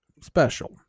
special